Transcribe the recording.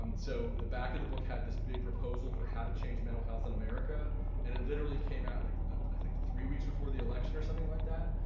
um so the back of the book had this big proposal for how to change mental health in america and it literally came out like ah i think three weeks before the election or something like that.